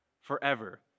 forever